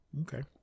Okay